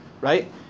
right